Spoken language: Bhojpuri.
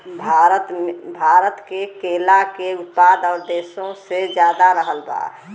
भारत मे केला के उत्पादन और देशो से ज्यादा रहल बा